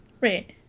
Right